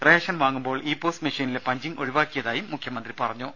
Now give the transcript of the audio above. ration വാങ്ങുമ്പോൾ e POS മെഷീനിലെ punching ഒഴിവാക്കിയതായും മുഖ്യമന്ത്രി പറഞ്ഞു